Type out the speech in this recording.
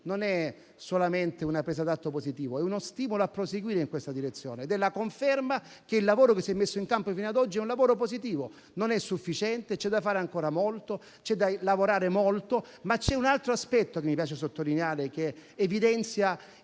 non è solamente una presa d'atto positiva, ma è uno stimolo a proseguire in questa direzione. È la conferma che il lavoro che si è messo in campo fino ad oggi è positivo. Non è sufficiente, c'è da fare ancora molto e c'è da lavorare molto, ma c'è un altro aspetto che mi piace sottolineare, che evidenzia